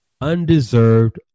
undeserved